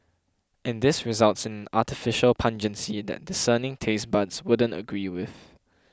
and this results in artificial pungency that discerning taste buds wouldn't agree with